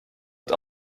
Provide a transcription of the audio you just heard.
het